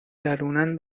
درونن